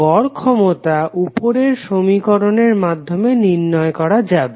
গড় ক্ষমতা উপরের সমীকরণের মাধ্যমে নির্ণয় করা যাবে